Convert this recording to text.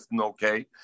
okay